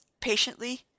patiently